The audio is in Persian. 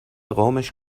قومش